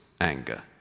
anger